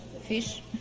fish